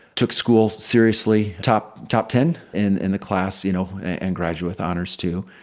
took school seriously. top top ten in in the class, you know, and graduate with honors, too.